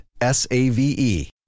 S-A-V-E